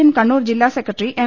M Kannur ജില്ലാസെക്രട്ടറി M